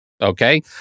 Okay